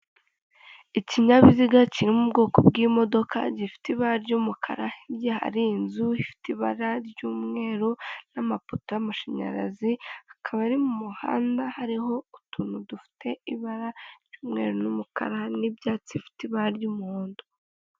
Ikinyabiziga kiri mu bwoko bw'imodoka ifite ibara ry'ukara, hirya hari inzu ifite ibara ry'umweru, n'amapoto y'amashanyarazi akaba ari mu muhanda hariho utuntu dufite ibara ry'umweru n'umukara, n'ibyatsi bifite ibara ry'umuhondo.